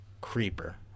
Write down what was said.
Creeper